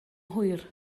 hwyr